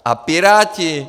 A Piráti.